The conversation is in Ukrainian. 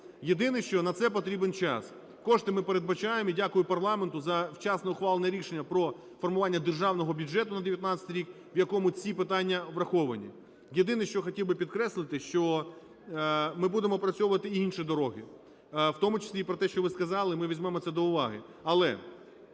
Єдине, що на це потрібен час, кошти ми передбачаємо, і дякую парламенту за вчасно ухвалене рішення про формування Державного бюджету на 19-й рік, в якому ці питання враховані. Єдине, що хотів би підкреслити, що ми будемо опрацьовувати і інші дороги, в тому числі і про те, що ви сказали, ми візьмемо це до уваги.